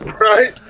right